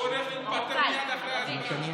הוא הולך להתפטר מייד אחרי ההצבעה.